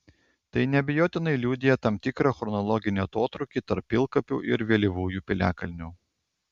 tai neabejotinai liudija tam tikrą chronologinį atotrūkį tarp pilkapių ir vėlyvųjų piliakalnių